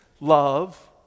love